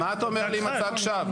על מה אתה אומר לי מצג שווא?